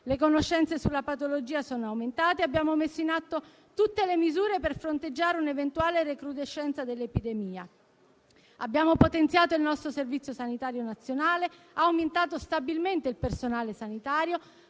Le conoscenze sulla patologia sono aumentate e abbiamo messo in atto tutte le misure per fronteggiare un'eventuale recrudescenza dell'epidemia. Abbiamo potenziato il nostro Servizio sanitario nazionale, aumentato stabilmente il personale sanitario,